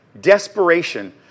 desperation